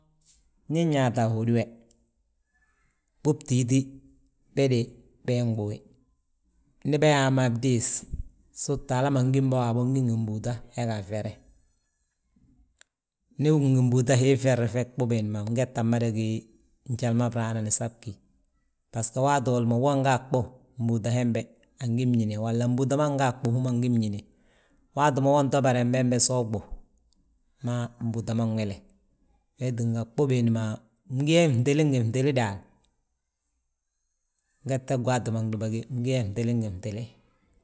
Ndi nyaata a hódi we, ɓuu gtíiti be de be inɓuyi, ndi beyaa mo bdiis, suta hala ma ngim bo waabo, ngí ngi mbúuta, he ga fyere. Ndu ugí ngi mbúuta hii fyere, we ɓuu biidin ma ngetta mada gí njali ma braa nan san bgí. Basgo waati woli mo wo nga a ɓuu, mbúuta hembe angi mñíne. Walla mbúuta ma nga a ɓuu hú ma ungi mñíne, waati ma wo nto baren be so uɓuu mma mbúutam a nwile. Wee tínga ɓuu biindi ma, bgí yaa ntili ngi ntili daal, ngette gwaati ma gdúba gí ngi ye gtili ngi gtili.